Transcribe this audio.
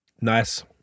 Nice